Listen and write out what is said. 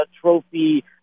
trophy –